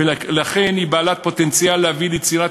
ולכן היא בעלת פוטנציאל להביא ליצירת